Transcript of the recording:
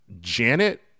Janet